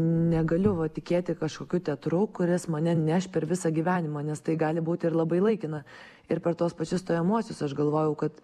negaliu va tikėti kažkokiu teatru kuris mane neš per visą gyvenimą nes tai gali būti ir labai laikina ir per tuos pačius stojamuosius aš galvojau kad